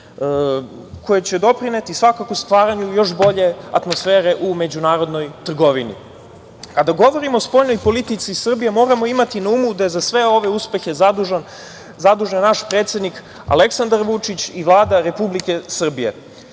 koje će doprineti stvaranju još bolje atmosfere u međunarodnoj trgovini. Kada govorimo o spoljnoj politici Srbije, moramo imati na umu da je za sve ove uspehe zadužen naš predsednik Aleksandar Vučić i Vlada Republike Srbije. Bitno